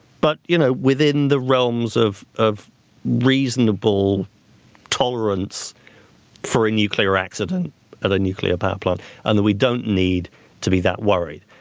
but you know within the realms of of reasonable tolerance for a nuclear accident at a nuclear power plant and that we don't need to be that worried.